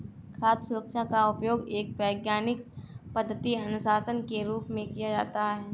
खाद्य सुरक्षा का उपयोग एक वैज्ञानिक पद्धति अनुशासन के रूप में किया जाता है